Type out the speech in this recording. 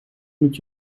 moet